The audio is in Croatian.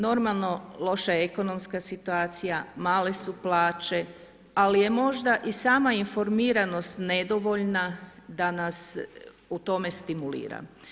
Normalno, loša ekonomska situacija, male se plaće, ali je možda i sama informiranost nedovoljna da nas u tome stimulira.